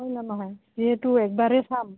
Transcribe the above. হয় নে নহয় যিহেতু একবাৰেই চাম